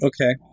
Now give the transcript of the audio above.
Okay